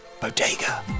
BODEGA